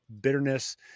bitterness